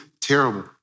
terrible